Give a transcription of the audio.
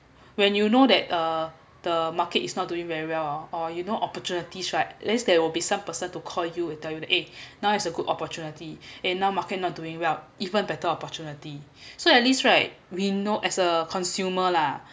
when you know that uh the market is not doing very well oh or you know opportunities right let's say there will be some person to call you and tell you that eh now it's a good opportunity and now market not doing well even better opportunity so at least right we know as a consumer lah